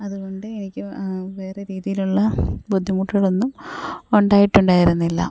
അതുകൊണ്ട് എനിക്ക് വേറെ രീതിയിലുള്ള ബുദ്ധിമുട്ടുകളൊന്നും ഉണ്ടായിട്ടുണ്ടായിരുന്നില്ല